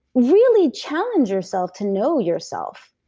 really challenge yourself to know yourself.